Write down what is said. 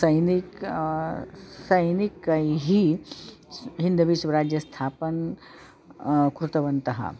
सैनिकैः सैनिकैः स् हिन्दवीस्वराज्यस्थापनं कृतवन्तः